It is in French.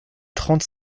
trente